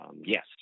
Yes